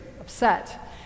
upset